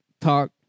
talk